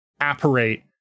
apparate